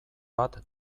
bat